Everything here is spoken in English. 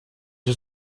has